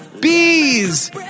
Bees